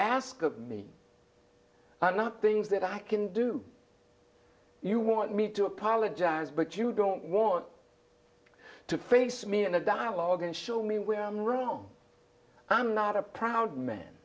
of me are not things that i can do you want me to apologize but you don't want to face me in a dialogue and show me where i'm wrong i'm not a proud m